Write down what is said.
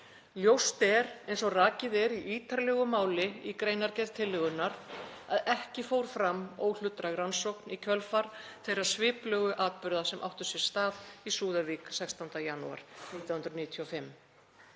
Ljóst er, eins og rakið er í ítarlegu máli í greinargerð tillögunnar, að ekki fór fram óhlutdræg rannsókn í kjölfar þeirra sviplegu atburða sem áttu sér stað í Súðavík 16. janúar 1995.